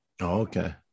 Okay